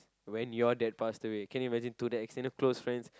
when your dad passed away can you imagine to that extent where close friends